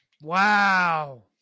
Wow